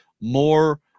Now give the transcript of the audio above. more